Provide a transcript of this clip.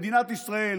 מדינת ישראל,